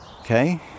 Okay